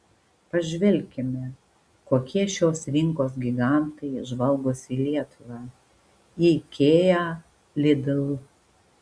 pažvelkime kokie šios rinkos gigantai žvalgosi į lietuvą ikea lidl